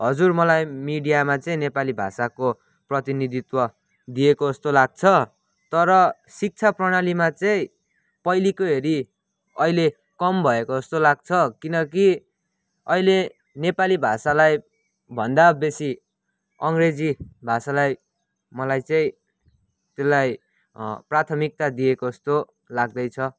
हजुर मलाई मिडियामा चाहिँ नेपाली भाषाको प्रतिनिधित्व दिएको जस्तो लाग्छ तर शिक्षा प्रणालीमा चाहिँ पहिलेको हेरी अहिले कम भएको जस्तो लाग्छ किनकि अहिले नेपाली भाषालाईभन्दा बेसी अङ्ग्रेजी भाषालाई मलाई चाहिँ त्यसलाई प्राथमिक्ता दिएको जस्तो लाग्दैछ